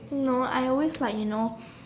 no I always like you know